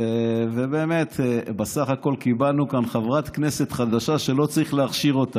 ובאמת בסך הכול קיבלנו כאן חברת כנסת חדשה שלא צריך להכשיר אותה,